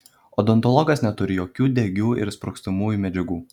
odontologas neturi jokių degių ar sprogstamųjų medžiagų